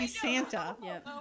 santa